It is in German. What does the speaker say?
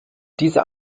dieser